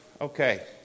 okay